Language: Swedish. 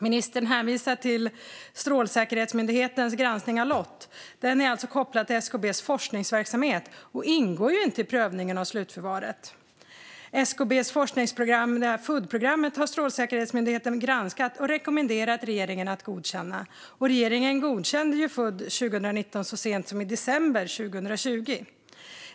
Ministern hänvisar till Strålsäkerhetsmyndighetens granskning av LOT, men den är kopplad till SKB:s forskningsverksamhet och ingår inte i prövningen av slutförvaret. SKB:s forskningsprogram - FUD-programmet - har Strålsäkerhetsmyndigheten granskat och rekommenderat regeringen att godkänna, och regeringen godkände FUD 2019 så sent som i december 2020.